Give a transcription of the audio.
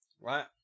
Right